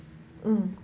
mm